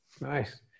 Nice